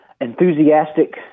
enthusiastic